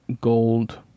gold